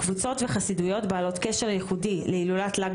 וחסידויות בעלות קשר ייחודי להילולות ל"ג